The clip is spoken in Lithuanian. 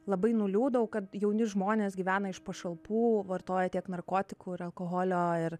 labai nuliūdau kad jauni žmonės gyvena iš pašalpų vartoja tiek narkotikų ir alkoholio ir